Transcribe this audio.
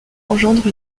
engendre